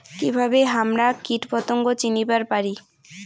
কিভাবে হামরা কীটপতঙ্গ চিনিবার পারি?